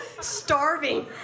starving